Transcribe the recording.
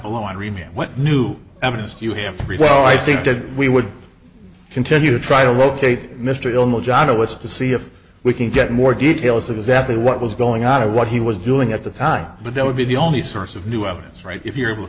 below and remain when new evidence do you have three well i think that we would continue to try to locate mr aylmore johnno wants to see if we can get more details of exactly what was going on to what he was doing at the time but that would be the only source of new evidence right if you're able to